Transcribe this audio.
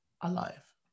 alive